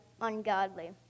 ungodly